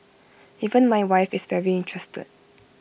even my wife is very interested